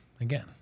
again